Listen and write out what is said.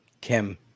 Kim